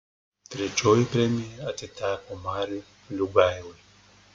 trečioji premija atiteko mariui liugailai